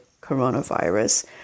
coronavirus